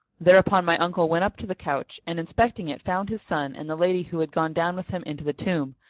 thereupon my uncle went up to the couch and inspecting it found his son and the lady who had gone down with him into the tomb,